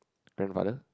grandfather